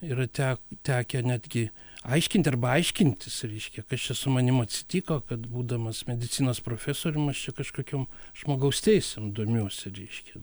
yra te tekę netgi aiškinti arba aiškintis reiškia kas čia su manim atsitiko kad būdamas medicinos profesorium aš čia kažkokiom žmogaus teisėm domiuos reiškia